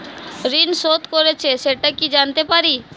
ঋণ শোধ করেছে সেটা কি জানতে পারি?